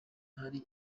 hari